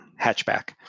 hatchback